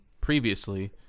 previously